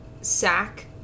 Sack